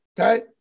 Okay